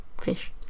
fish